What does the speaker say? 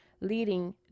leading